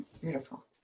Beautiful